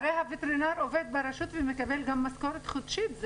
הרי הווטרינר עובד ברשות ומקבל משכורת חודשית.